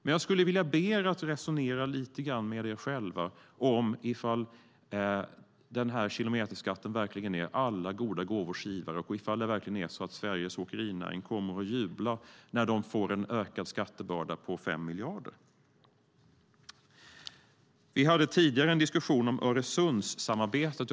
Men jag skulle vilja ber er att resonera lite grann om huruvida denna kilometerskatt verkligen är alla goda gåvors givare och om det verkligen är så att Sveriges åkerinäring kommer att jubla när de får en ökad skattebörda på 5 miljarder. Vi hade tidigare en diskussion om Öresundssamarbetet.